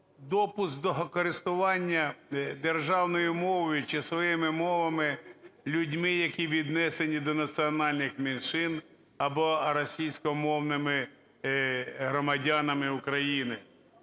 допуск до користування державною мовою чи своїми мовами людьми, які віднесені до національних меншин, або російськомовними громадянами України.